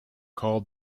called